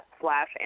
slash